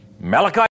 Malachi